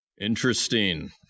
Interesting